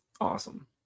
Awesome